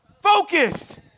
Focused